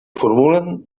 formulen